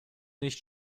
nicht